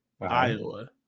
Iowa